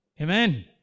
Amen